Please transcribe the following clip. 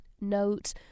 Note